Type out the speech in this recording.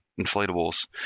inflatables